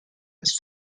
ist